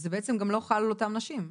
זה בעצם גם לא חל על אותן נשים,